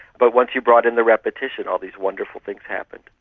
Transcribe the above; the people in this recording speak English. but once you brought in the repetition all these wonderful things happened.